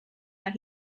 that